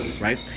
right